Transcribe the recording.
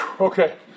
Okay